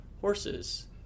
horses